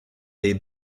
des